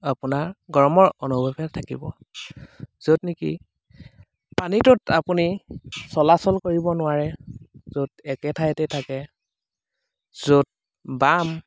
আপোনাৰ গৰমৰ অনুভৱে থাকিব য'ত নেকি পানীটোত আপুনি চলাচল কৰিব নোৱাৰে য'ত একে ঠাইতে থাকে য'ত বাম